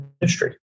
industry